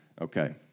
Okay